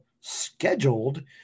scheduled